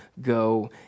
go